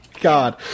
God